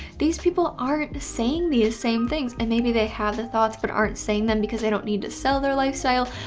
these people aren't saying these same things. and maybe they have the thoughts but aren't saying them because they don't need to sell their lifestyle,